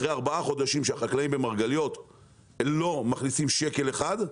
אחרי ארבעה חודשים שהחקלאים במרגליות לא מכניסים שקל אחד,